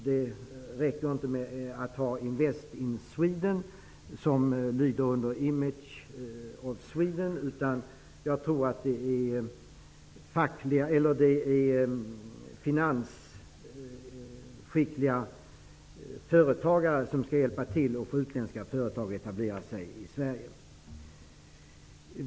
Det räcker inte att ha Invest in Sweden som lyder under Image of Sweden, utan jag tror att det är skickliga företagare som skall hjälpa till och få utländska företag att etablera sig i Sverige.